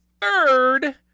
third